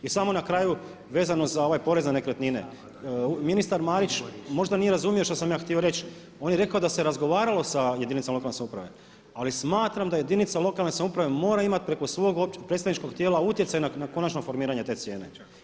I još samo na kraju vezano za ovaj porez na nekretnine, ministar Marić možda nije razumio što sam ja htio reći, on je rekao da se razgovaralo sa jedinicama lokalne samouprave ali smatram da jedinica lokalne samouprave mora imati preko svog predstavničkog tijela utjecaj na konačno formiranje te cijene.